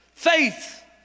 Faith